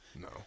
no